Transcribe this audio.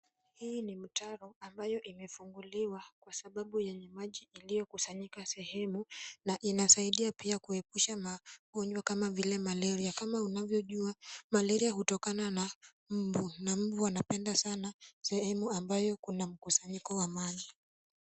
Hii ni mtaro ambayo imefunguliwa kwa sababu yenye maji iliyokusanyika sehemu na inasaidia pia kuepusha magonjwa kama vile malaria kama vile unavyojua malaria hutokana na mbu na mbu wanapenda sana sehemu ambayo kuna mkusanyiko wa maji.